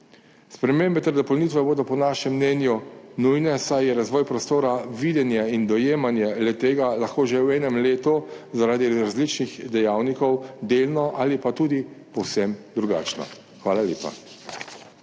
Spremembe ter dopolnitve bodo po našem mnenju nujne, saj je razvoj prostora, videnje in dojemanje le-tega lahko že v enem letu zaradi različnih dejavnikov delno ali pa tudi povsem drugačno. Hvala lepa.